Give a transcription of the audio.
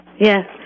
Yes